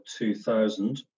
2000